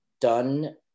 done